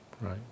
Right